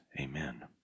amen